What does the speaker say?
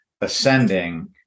ascending